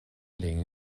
linn